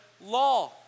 law